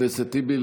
חבר הכנסת טיבי,